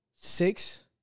Six